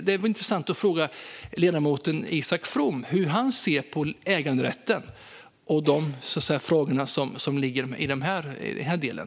Det är intressant att fråga ledamoten Isak From hur han ser på äganderätten och de frågor som ligger i den delen.